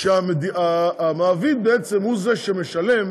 שהמעביד בעצם הוא שמשלם